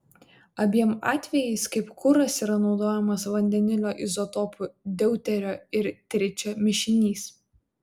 abiem atvejais kaip kuras yra naudojamas vandenilio izotopų deuterio ir tričio mišinys